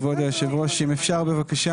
כבוד היושב ראש, אם אפשר בבקשה.